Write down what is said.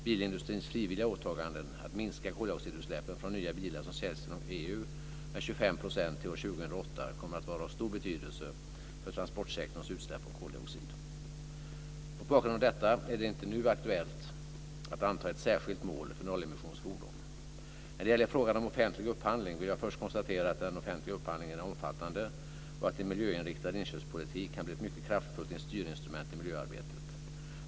Bilindustrins frivilliga åtagande att minska koldioxidutsläppen från nya bilar som säljs inom EU med 25 % till år 2008 kommer att vara av stor betydelse för transportsektorns utsläpp av koldioxid. Mot bakgrund av detta är det inte nu aktuellt att anta ett särskilt mål för nollemissionsfordon. När det gäller frågan om offentlig upphandling vill jag först konstatera att den offentliga upphandlingen är omfattande och att en miljöinriktad inköpspolitik kan bli ett mycket kraftfullt styrinstrument i miljöarbetet.